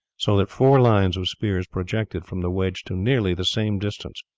so that four lines of spears projected from the wedge to nearly the same distance.